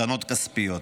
קרנות כספיות.